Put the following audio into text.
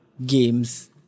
Games